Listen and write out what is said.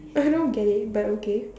I don't get it but okay